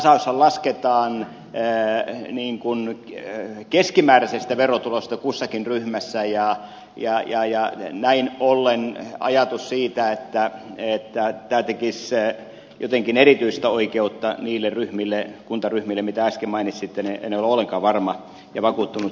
tasaushan lasketaan keskimääräisestä verotulosta kussakin ryhmässä ja näin ollen en ole ollenkaan varma ja vakuuttunut siitä että tämä tekisi jotenkin erityistä oikeutta niille kuntaryhmille jotka äsken mainitsi tele enää olekaan varma ja mainitsitte